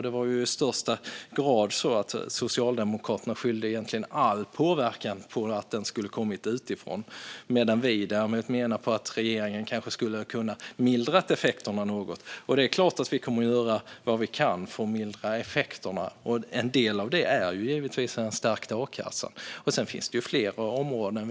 Det var i högsta grad så att Socialdemokraterna skyllde på att all påverkan kom utifrån, medan vi däremot menade att regeringen hade kunnat mildra effekterna något. Det är klart att vi kommer att göra vad vi kan för att mildra effekterna. En del av detta är givetvis en stärkt a-kassa, men det finns flera områden.